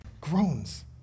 groans